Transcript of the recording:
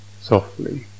softly